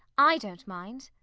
i don't mind.